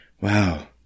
Wow